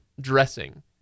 dressing